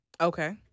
Okay